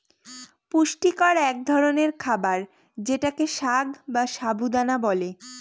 পুষ্টিকর এক ধরনের খাবার যেটাকে সাগ বা সাবু দানা বলে